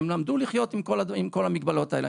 הם למדו לחיות עם כל המגבלות האלה.